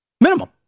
Minimum